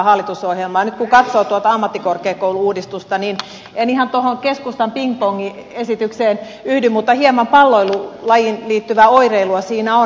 nyt kun katsoo tuota ammattikorkeakoulu uudistusta niin en ihan tuohon keskustan pingpong esitykseen yhdy mutta hieman palloilulajiin liittyvää oireilua siinä on